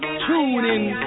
tuning